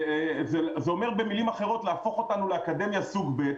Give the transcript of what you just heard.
זה אומר במילים אחרות להפוך אותנו לאקדמיה סוג ב',